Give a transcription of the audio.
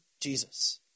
Jesus